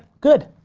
good,